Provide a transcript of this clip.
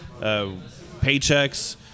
Paychecks